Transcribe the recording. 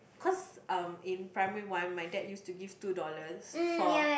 cause um in primary one my dad used to give two dollars for